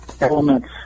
elements